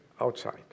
outside